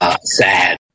sad